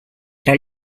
tra